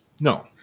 No